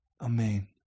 Amen